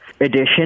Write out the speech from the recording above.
edition